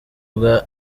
bwa